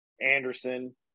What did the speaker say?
Anderson